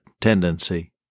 tendency